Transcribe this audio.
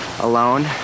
alone